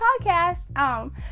podcast